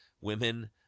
women